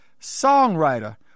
songwriter